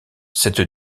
cette